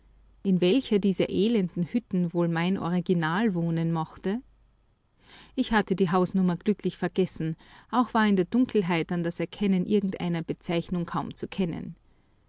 in welcher dieser elenden hütten wohl mein original wohnen mochte ich hatte die hausnummer glücklich vergessen auch war in der dunkelheit an das erkennen irgendeiner bezeichnung kaum zu denken